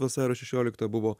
vasario šešioliktąją buvo